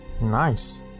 Nice